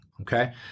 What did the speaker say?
Okay